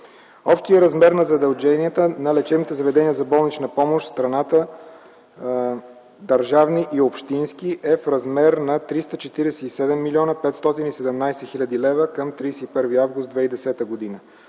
Общият размер на задълженията на лечебните заведения за болнична помощ в страната – държавни и общински, е в размер на 347 млн. 517 хил. лв. към 31 август 2010 г.